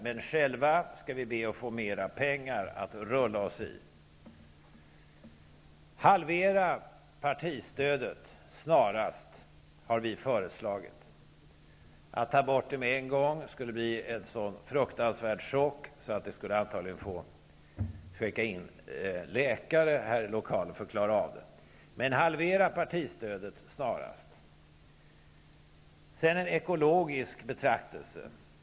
Men själva skall vi be att få mera pengar att rulla oss i. Vi har föreslagit att man skall halvera partistödet snarast. Att ta bort det med en gång skulle bli en sådan fruktansvärd chock att man antagligen skulle få skicka in läkare här i lokalen för att klara av det. Halvera partistödet snarast! Sedan en ekologisk betraktelse.